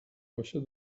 baixa